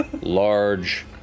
large